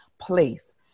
place